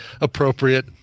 appropriate